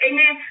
Amen